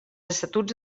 estatuts